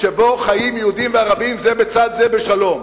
שבה חיים יהודים וערבים זה בצד זה בשלום.